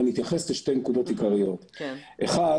אני אתייחס לשתי נקודות עיקריות, 1'